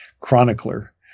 chronicler